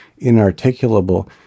inarticulable